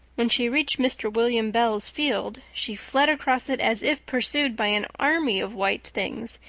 when she reached mr. william bell's field she fled across it as if pursued by an army of white things,